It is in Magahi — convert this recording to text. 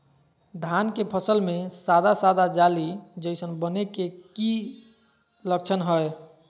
धान के फसल में सादा सादा जाली जईसन बने के कि लक्षण हय?